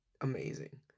amazing